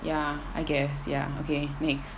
ya I guess ya okay next